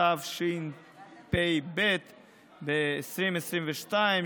התשפ"ב 2022,